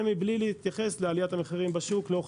וזה בלי להתייחס לעליית המחירים בשוק לאורך